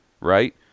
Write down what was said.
right